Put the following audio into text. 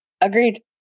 Agreed